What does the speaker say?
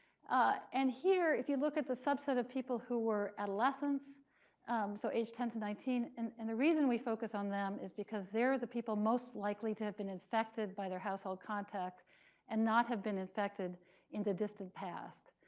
ah and here, if you look at the subset of people who were adolescents so age ten to nineteen. and and the reason we focus on them is because they're the people most likely to have been infected by their household contact and not have been infected in the distant past.